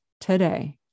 today